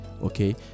okay